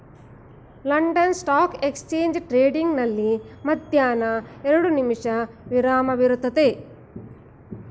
London stock exchange trading ನಲ್ಲಿ ಮಧ್ಯಾಹ್ನ ಎರಡು ನಿಮಿಷಗಳ ವಿರಾಮ ಇರುತ್ತದೆ